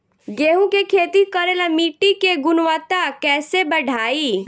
गेहूं के खेती करेला मिट्टी के गुणवत्ता कैसे बढ़ाई?